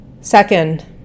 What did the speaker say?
Second